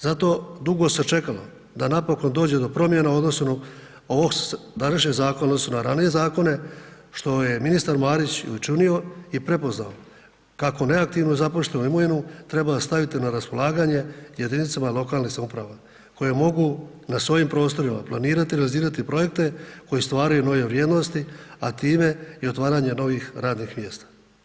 Zato dugo se čekalo da napokon dođe do promjena u odnosu na …/nerazumljivo/… današnjeg zakona u odnosu na ranije zakone što je ministar Marić i učinio i prepoznao, kako neaktivnu zapuštenu imovinu treba staviti na raspolaganje jedinicama lokalne samouprave koje mogu na svojim prostorima, planirati i realizirati projekte koji stvaraju nove vrijednosti, a time i otvaranje novih radnih mjesta.